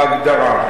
בהגדרה.